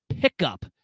pickup